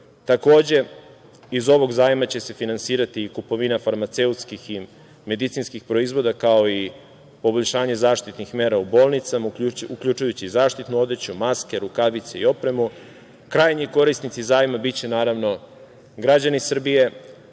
Takođe, iz ovog zajma će se finansirati i kupovina farmaceutskih i medicinskih proizvoda, kao i poboljšanje zaštitnih mera u bolnicama, uključujući i zaštitnu odeću, maske, rukavice i opremu. Krajnji korisnici zajma biće naravno građani Srbije,